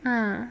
ah